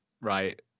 right